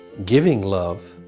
giving love.